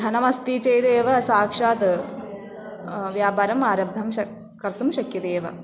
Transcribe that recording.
धनमस्ति चेदेव साक्षात् व्यापारम् आरम्भं शक् कर्तुं शक्यते एव